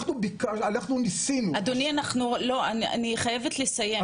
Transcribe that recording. אדוני, אני חייבת לסיים.